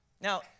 Now